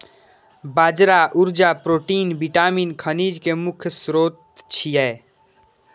बाजरा ऊर्जा, protein, vitamin, खनिज के मुख्य स्रोत छियै